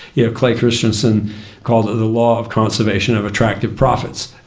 you know clay christensen called it the law of conservation of attractive profits.